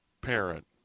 parent